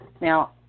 Now